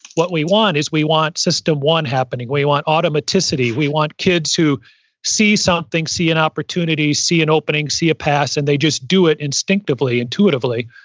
what we want is we want system one happening. we want automaticity. we want kids who see something, see an opportunity, see an opening, see a pass, and they just do it instinctively, intuitively.